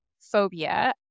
Phobia